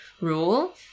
rule